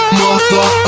mother